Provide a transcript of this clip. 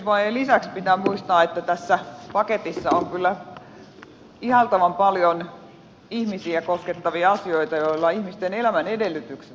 kestävyysvajeen lisäksi pitää muistaa että tässä paketissa on kyllä ihailtavan paljon ihmisiä koskettavia asioita joilla ihmisten elämän edellytykset muun muassa paranevat